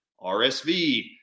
RSV